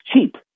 cheap